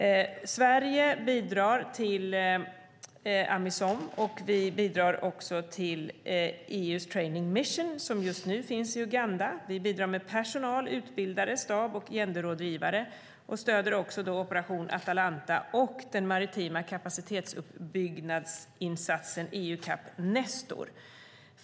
Sverige bidrar till Amisom, och vi bidrar till EU:s Training Mission som just nu finns i Uganda. Vi bidrar med personal, utbildare, stab och genderrådgivare samt stöder Operation Atalanta och den maritima kapacitetsuppbyggnadsinsatsen EUCAP Nestor.